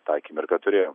tą akimirką turėjom